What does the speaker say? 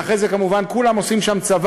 ואחרי זה כמובן כולם שם עושים צבא,